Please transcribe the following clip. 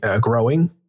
growing